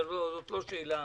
זה לא שאלה